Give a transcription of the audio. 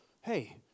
hey